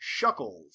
Shuckles